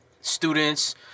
students